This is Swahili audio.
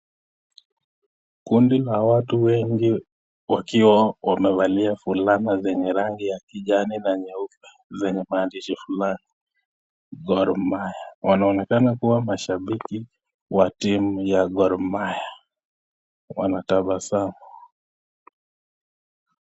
Kundi la watu wengi wakiwa wamevalia fulana zenye rangi ya kijani na nyeupe zenye maandishi fulani, Gor Mahia. Wanaonekana kuwa mashambiki wa timu ya Gor Mahia, wanatabasamu.